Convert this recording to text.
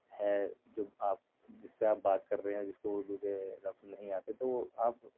ہے جو آپ جس سے آپ بات کر رہے ہیں جس کو اُردو کے لفظ نہیں آتے تو وہ آپ